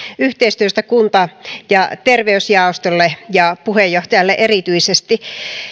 yhteistyöstä kunta ja terveysjaostolle ja puheenjohtajalle erityisesti